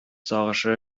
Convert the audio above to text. сагышы